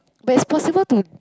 there is possible to